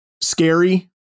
scary